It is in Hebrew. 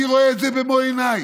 אני רואה את זה במו עיניי.